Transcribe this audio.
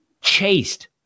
chased